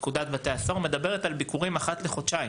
פקודת בתי הסוהר מדברת על ביקורים אחת לחודשיים.